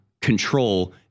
control